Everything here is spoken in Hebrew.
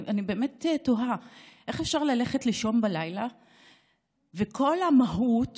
אני באמת תוהה איך אפשר ללכת לישון בלילה וכל המהות